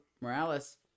Morales